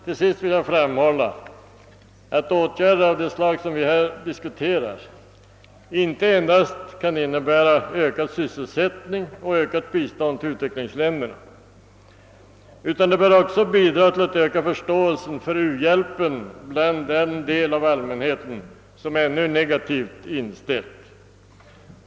Till sist vill jag framhålla att åtgärder av de slag vi här diskuterar inte endast kan innebära ökad sysselsättning och ökat bistånd till utvecklingsländerna utan de bör också bidra till att öka förståelsen för u-hjälpen bland den del av allmänheten som ännu är negativt inställd.